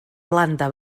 planta